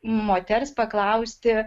moters paklausti